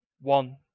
one